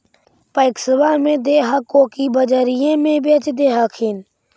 पैक्सबा मे दे हको की बजरिये मे बेच दे हखिन?